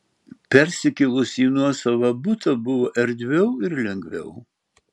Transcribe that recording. persikėlus į nuosavą butą buvo erdviau ir lengviau